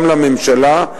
גם לממשלה,